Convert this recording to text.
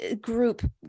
group